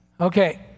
Okay